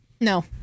No